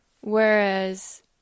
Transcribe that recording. Whereas